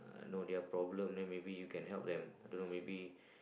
I know their problem then maybe you can help them I don't know maybe